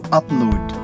upload